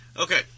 Okay